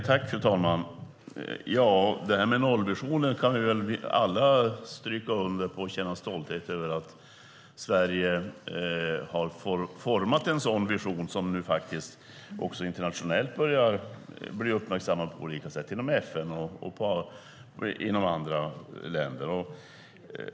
Fru talman! Vi kan väl alla stryka under och känna stolthet över Sverige har format nollvisionen, som nu också börjar bli uppmärksammad internationellt på olika sätt - genom FN och i andra länder.